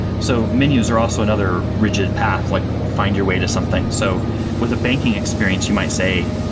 so menus are also another rigid path, like find your way to something. so with a banking experience, you might say,